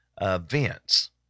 events